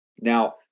Now